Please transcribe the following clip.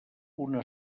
una